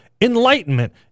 Enlightenment